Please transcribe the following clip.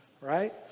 right